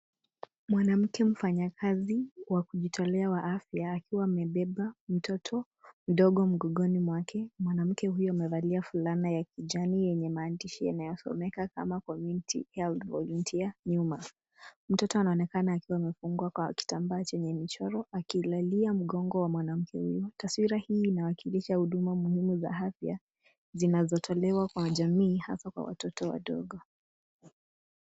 Mwanamke mfanyikazi wa kujitolea wa afya akiwa amebeba mtoto mdogo mgongoni mwake. Mwanamke huyo amevalia fulana ya kijani yenye maandishi yanayosomeka kama community health volunteer nyuma. Mtoto anaonekana akiwa amefungwa kwa kitambaa chenye michoro akilalia mgongo ya mwanamke huyo. Taswira hii inawakilisha huduma muhimu za afya zinazotolewa kwa jamii hasa kwa watoto wadogo.